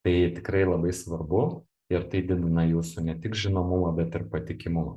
tai tikrai labai svarbu ir tai didina jūsų ne tik žinomumą bet ir patikimumą